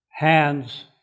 Hands